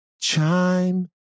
chime